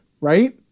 right